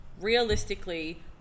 realistically